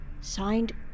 Signed